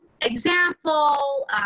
example